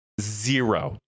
zero